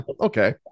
okay